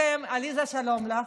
עליזה, שלום לך.